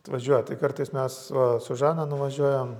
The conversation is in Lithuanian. atvažiuot tai kartais mes su žana nuvažiuojam